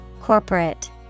Corporate